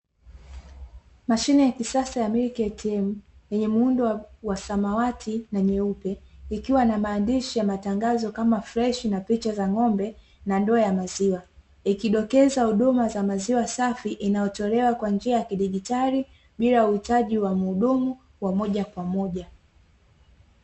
Mashine ya kisasa ya "Milk ATM", yenye muundo wa samawati na nyeupe, ikiwa na maandishi ya matangazo, kama freshi na picha za ngombe na ndoo za maziwa, ikidokeza huduma za maziwa safi, inayotolewa Kwa njia ya kidigitali bila kuhitaji mhudumu wa moja kwa moja.